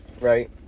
right